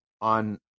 on